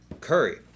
Curry